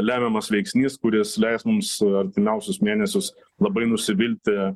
lemiamas veiksnys kuris leis mums artimiausius mėnesius labai nusivilti